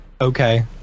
Okay